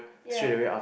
ya